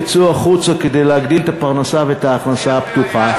יצאו החוצה כדי להגדיל את הפרנסה ואת ההכנסה הפתוחה,